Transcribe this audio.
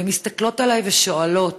והן מסתכלות עליי ושואלות: